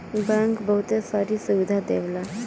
bank बहुते सारी सुविधा देवला